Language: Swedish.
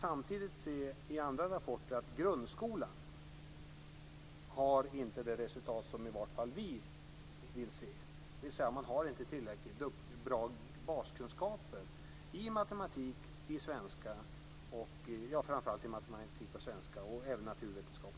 Samtidigt kan vi i andra rapporter se att grundskolan inte har det resultat som i varje fall vi vill se. Man har alltså inte tillräckligt bra baskunskaper i framför allt matematik och svenska. Naturligtvis gäller det även i naturvetenskap.